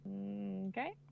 Okay